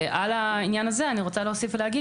על העניין הזה אני רוצה להוסיף ולהגיד